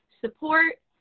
support